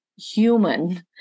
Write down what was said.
Human